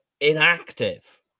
inactive